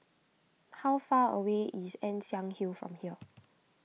how far away is Ann Siang Hill from here